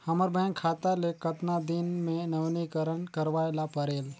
हमर बैंक खाता ले कतना दिन मे नवीनीकरण करवाय ला परेल?